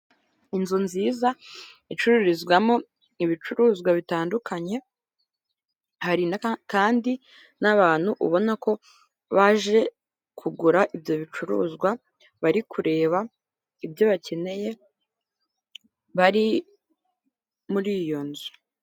Inzu nziza icururizwamo ibicuruzwa bitandukanye, hari kandi n'abantu ubona ko baje kugura ibyo bicuruzwa bari kureba ibyo bakeneye, bari muri iyo nzu.